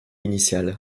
initiale